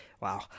wow